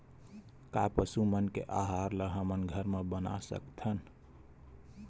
का पशु मन के आहार ला हमन घर मा बना सकथन?